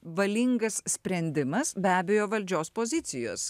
valingas sprendimas be abejo valdžios pozicijos